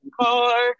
car